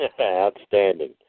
Outstanding